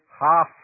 half